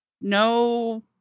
No